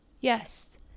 Yes